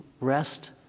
rest